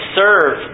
serve